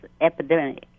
epidemic